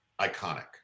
iconic